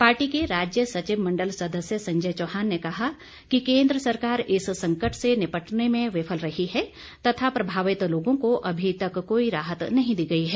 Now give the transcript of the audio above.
party के राज्य सचिव मंडल सदस्य संजय चौहान ने कहा कि केंद्र सरकार इस संकट से निपटने में विफल रही है तथा प्रभावित लोगों को अभी तक कोई राहत नहीं दी गई है